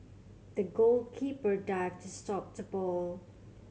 the goalkeeper dived to stop the ball